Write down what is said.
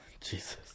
Jesus